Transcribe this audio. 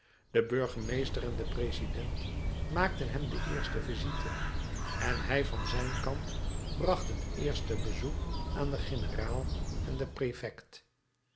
de burgemeester en de president maakten hem de eerste visite en hij van zijn kant bracht het eerste bezoek aan den generaal en den prefekt